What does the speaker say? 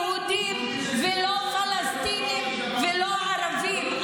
לא יהודים ולא פלסטינים ולא ערבים.